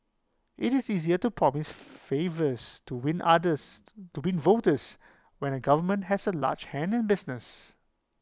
IT is easier to promise favours to win others to be voters when A government has A large hand in business